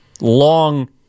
long